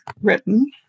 written